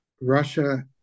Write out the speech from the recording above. Russia